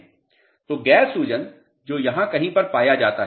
तो गैर सूजन जो यहाँ कहीं पर पाया जाता है